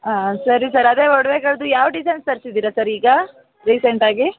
ಹಾಂ ಸರಿ ಸರ್ ಅದೆ ಒಡ್ವೆಗಳದ್ದು ಯಾವ ಡಿಸೈನ್ಸ್ ತರಿಸಿದೀರಾ ಸರ್ ಈಗ ರಿಸೆಂಟಾಗಿ